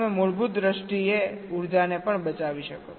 તમે મૂળભૂત દ્રષ્ટિએ ઉર્જાને પણ બચાવી શકો